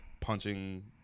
punching